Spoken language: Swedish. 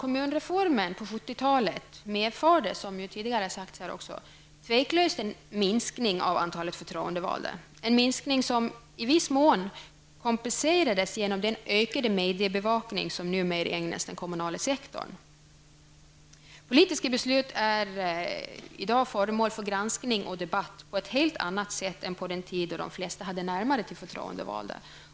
Kommunreformen på 70-talet medförde otvivelaktigt en minskning av antalet förtroendevalda, en minskning som i viss mån kompenserades genom den ökade mediebevakning som numera ägnas den kommunala sektorn. Politiska beslut är i dag föremål för granskning och debatt på ett helt annat sätt än på den tid då de flesta hade närmare till de förtroendevalda.